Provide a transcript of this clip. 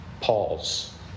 pause